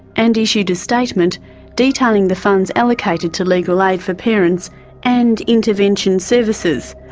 and issued a statement detailing the funds allocated to legal aid for parents and intervention services,